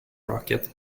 rocket